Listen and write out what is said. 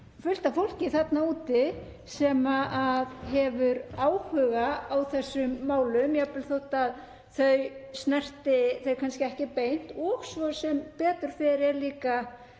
af fólki þarna úti sem hefur áhuga á þessum málum, jafnvel þótt þau snerti það kannski ekki beint. Sem betur fer er líka